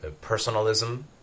personalism